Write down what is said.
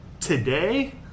Today